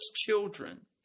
children